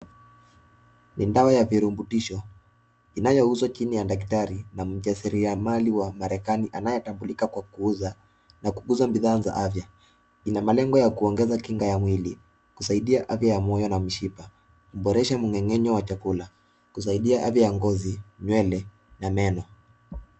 Ni dawa ya virutubisho inayouzwa jini ya daktari na mjasiri mali ya Amerikani inaotabulika kwa kuuza na kukuza bidhaa za afya, ina malingo ya kuongeza kinga ya mwili kusaidia afya ya moyo na mishiba , kuboresha mungengenyo wa chakula, kusaidia afya ya ngozi, nyweli na meno.